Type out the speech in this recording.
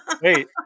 Wait